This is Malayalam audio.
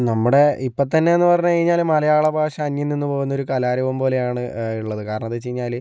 നമ്മുടെ ഇപ്പം തന്നെ പറഞ്ഞു കഴിഞ്ഞാല് മലയാള ഭാഷ അന്യം നിന്ന് പോകുന്ന ഒരു കലാരൂപം പോലെയാണ് ഉള്ളത് കാരണം എന്താന്ന് വെച്ച് കഴിഞ്ഞാല്